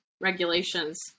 regulations